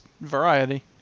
variety